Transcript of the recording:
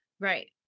Right